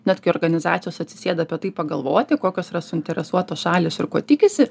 net kai organizacijos atsisėda apie tai pagalvoti kokios yra suinteresuotos šalys ir ko tikisi